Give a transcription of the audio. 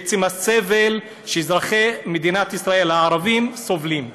עצם הסבל שאזרחי מדינת ישראל הערבים סובלים.